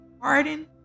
pardon